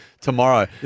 tomorrow